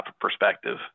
perspective